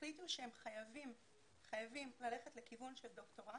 החליטו שהם חייבים ללכת לכיוון של דוקטורט